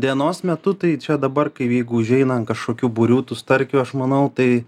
dienos metu tai čia dabar kai jeigu užeina ant kažkokių būrių tų starkių aš manau tai